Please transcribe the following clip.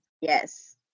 Yes